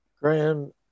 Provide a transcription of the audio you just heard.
Graham